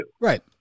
Right